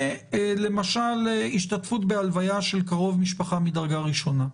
למשל השתתפות בהלוויה של קרוב משפחה מדרגה ראשונה.